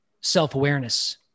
self-awareness